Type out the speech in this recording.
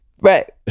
Right